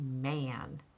man